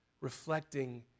reflecting